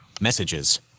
Messages